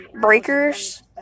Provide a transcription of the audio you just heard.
breakers